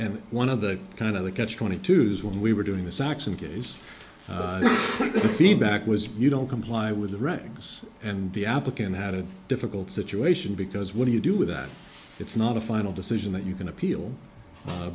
and one of the kind of the catch twenty two is when we were doing the saxon case the feedback was you don't comply with the regs and the applicant had a difficult situation because what do you do with that it's not a final decision that you can appeal